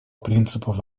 принципов